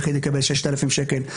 יחיד יקבל 6,000 שקל.